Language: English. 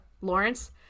Lawrence